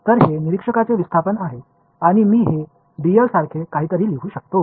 तर हे निरीक्षकाचे विस्थापन आहे आणि मी हे डीएल सारखे काहीतरी लिहू शकतो